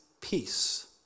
peace